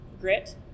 grit